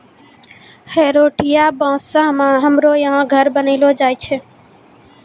हरोठिया बाँस से हमरो यहा घर बनैलो जाय छै